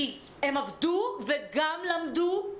כי הם עבדו וגם למדו.